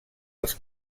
els